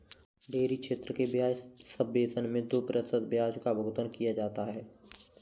dairy क्षेत्र के ब्याज सबवेसन मैं दो प्रतिशत ब्याज का भुगतान किया जाता है